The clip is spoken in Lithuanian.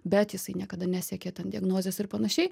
bet jisai niekada nesiekė ten diagnozės ir panašiai